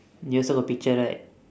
you also got picture right